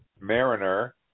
Mariner